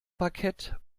parkett